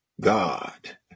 God